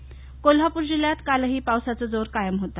पाऊस कोल्हापूर जिल्ह्यात कालही पावसाचा जोर कायम होता